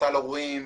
פורטל הורים.